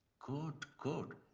good, good.